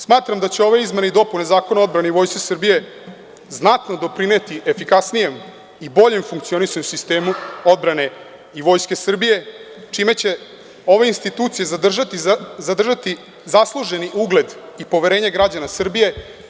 Smatram da će ove izmene i dopune Zakona o odbrani i Vojsci Srbije znatno doprineti efikasnijem i boljem funkcionisanju sistema odbrane i Vojske Srbije, čime će ove institucije zadržati zasluženi ugled i poverenje građana Srbije.